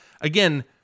Again